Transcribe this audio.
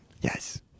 Yes